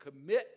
commit